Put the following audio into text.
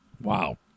wow